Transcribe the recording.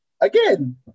Again